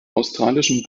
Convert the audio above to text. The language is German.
australischen